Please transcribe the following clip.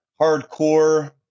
hardcore